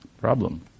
Problem